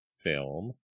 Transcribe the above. film